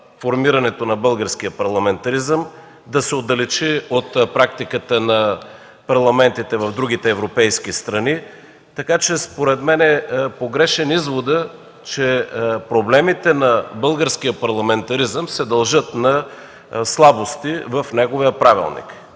формирането на българския парламентаризъм, да се отдалечи от практиката на парламентите в другите европейски страни. Според мен е погрешен изводът, че проблемите на българския парламентаризъм се дължат на слабости в неговия правилник.